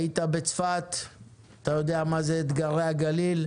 היית בצפת, אתה יודע מה זה אתגרי הגליל.